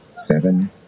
Seven